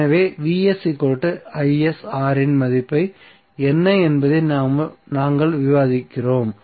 எனவே இன் மதிப்பு என்ன என்பதை நாங்கள் விவாதிக்கிறோம்